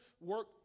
work